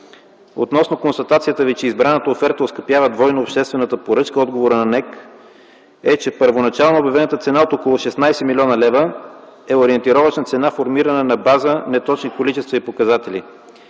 Относно констатацията Ви, че избраната оферта оскъпява двойно обществената поръчка, отговорът на НЕК е, че първоначално обявената цена от около 16 млн. лв. е ориентировъчна, формирана на база неточни количества и данни.